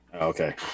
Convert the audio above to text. Okay